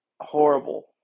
Horrible